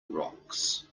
rocks